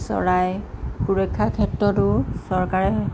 চৰাই সুৰক্ষাৰ ক্ষেত্ৰতো চৰকাৰে